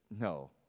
No